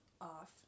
off